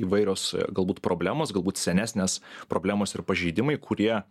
įvairios galbūt problemos galbūt senesnės problemos ir pažeidimai kurie